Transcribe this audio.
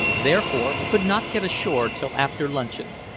therefore could not get ashore till after luncheon.